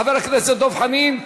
חבר הכנסת דב חנין,